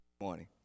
morning